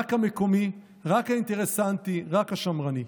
רק המקומי, רק האינטרסנטי, רק השמרני.